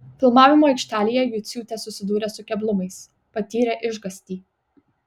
filmavimo aikštelėje juciūtė susidūrė su keblumais patyrė išgąstį